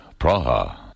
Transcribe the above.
Praha